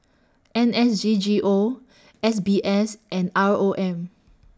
N S D G O S B S and R O M